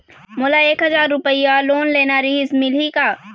मोला एक हजार रुपया लोन लेना रीहिस, मिलही का?